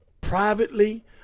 privately